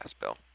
Bill